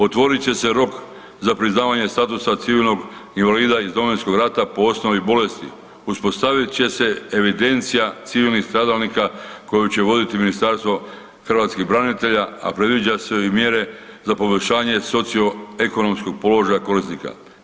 Otvorit će se rok za priznavanje statusa civilnog invalida iz Domovinskog rata po osnovi bolesti, uspostavit će se evidencija civilnih stradalnika koju će voditi Ministarstvo hrvatskih branitelja, a predviđaju se i mjere za poboljšanje socio-ekonomskog položaja korisnika.